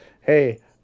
hey